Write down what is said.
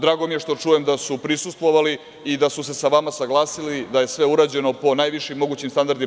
Drago mi je što čujem da su prisustvovali i da su se sa vama saglasili da je sve urađeno po najvišim mogućim standardima.